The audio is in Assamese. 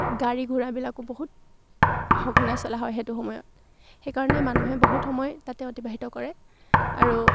গাড়ী ঘোঁৰাবিলাকো বহুত সঘনাই চলা হয় সেইটো সময়ত সেইকাৰণে মানুহে বহুত সময় তাতে অতিবাহিত কৰে আৰু